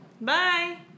Bye